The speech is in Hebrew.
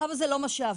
אבל זה לא מה שעבר.